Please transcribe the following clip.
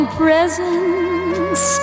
presents